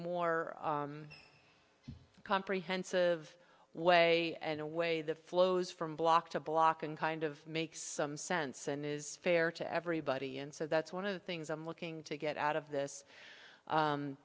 more comprehensive way in a way that flows from block to block and kind of makes some sense and is fair to everybody and so that's one of the things i'm looking to get out of